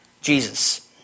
Jesus